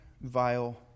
vile